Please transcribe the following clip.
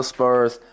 Spurs